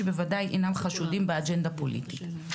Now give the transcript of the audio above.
שבוודאי אינם חשודים באג'נדה פוליטית.